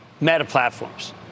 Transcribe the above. meta-platforms